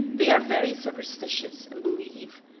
they are very superstitious, and believe,